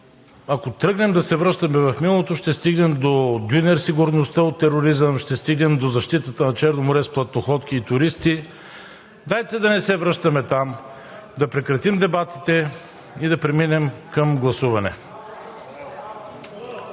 Ако тръгнем да се връщаме в миналото, ще стигнем до дюнер сигурността от тероризъм, ще стигнем до защитата на Черно море с платноходки и туристи. Дайте да не се връщаме там, да прекратим дебатите и да преминем към гласуване.